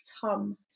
hum